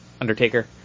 Undertaker